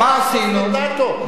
חברת הכנסת אדטו,